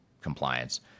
compliance